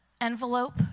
envelope